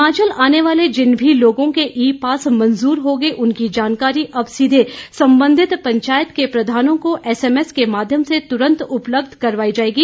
हिमाचल आने वाले जिन भी लोगों के ई पास मंजूर होंगे उनकी जानकारी अब सीधे संबंधित पंचायत के प्रधानों को एसएमएस के माध्यम से तुरंत उपलब्ध करवाई जायेगी